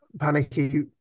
panicky